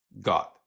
God